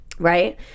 Right